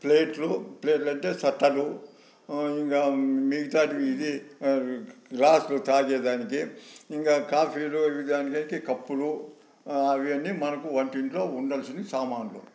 ప్లేట్లు ప్లేట్లు అంటే తట్టలు ఇంకా మిగతావి ఇవి గ్లాసులు తాగే దానికి ఇంకా కాఫీలు దానికి అయితే కప్పులు అవి అన్నీ మనకు వంటింట్లో ఉండాల్సిన సామానులు